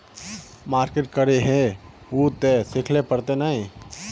Market करे है उ ते सिखले पड़ते नय?